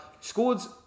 scores